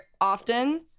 often